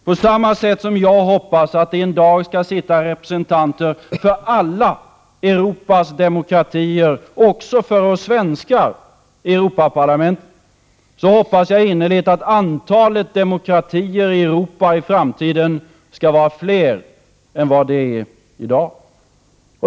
På samma sätt som jag hoppas att det en dag skall sitta representanter för alla Europas demokratier — också för oss svenskar — i Europaparlamentet, hoppas jag innerligt att antalet demokratier i Europa i framtiden skall vara fler än de är i dag.